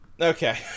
Okay